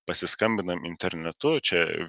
pasiskambinam internetu čia